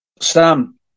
Sam